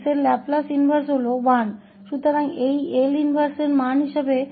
1s का Laplace प्रतिलोम 1 है